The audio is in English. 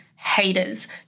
haters